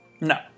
no